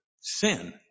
sin